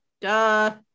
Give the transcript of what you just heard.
Duh